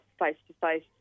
face-to-face